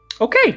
Okay